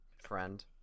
friend